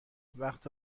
وقت